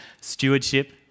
stewardship